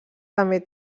també